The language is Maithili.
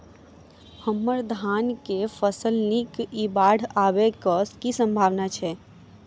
हम्मर धान केँ फसल नीक इ बाढ़ आबै कऽ की सम्भावना छै?